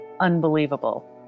unbelievable